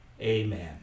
amen